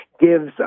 gives